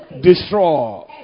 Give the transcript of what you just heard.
Destroy